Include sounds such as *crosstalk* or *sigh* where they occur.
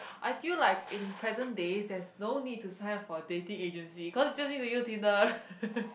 I feel like in present day there's no need to sign up for dating agency cause just need to use Tinder *laughs*